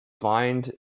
find